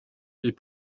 est